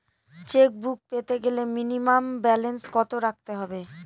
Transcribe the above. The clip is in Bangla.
চেকবুক পেতে গেলে মিনিমাম ব্যালেন্স কত রাখতে হবে?